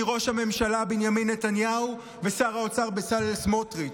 חוץ מראש הממשלה בנימין נתניהו ושר האוצר בצלאל סמוטריץ',